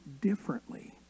differently